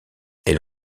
elle